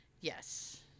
Yes